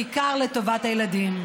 בעיקר לטובת הילדים.